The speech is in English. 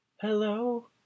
Hello